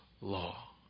law